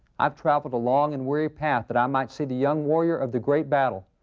i've traveled a long and weary path that i might see the young warrior of the great battle.